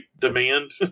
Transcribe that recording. demand